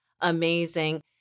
amazing